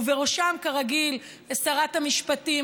ובראשם כרגיל שרת המשפטים,